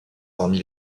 parmi